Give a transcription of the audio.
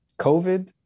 COVID